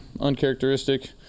uncharacteristic